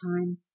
time